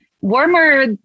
warmer